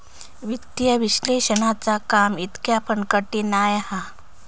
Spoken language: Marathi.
वित्तीय विश्लेषणाचा काम इतका पण कठीण नाय हा